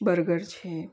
burger છે